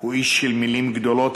הוא איש של מילים גדולות,